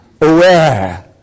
aware